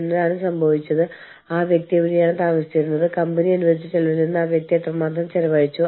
ഞാൻ ഉദ്ദേശിച്ചത് രാജ്യം എങ്ങനെ ബാലവേല നിർവചിച്ചിരിക്കുന്നു ബാലവേലയിൽ ഏർപ്പെടുന്നവർക്കെതിരെ രാജ്യം എന്ത് നടപടികളാണ് സ്വീകരിക്കുന്നത്